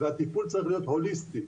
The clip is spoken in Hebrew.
והטיפול צריך להיות הוליסטי.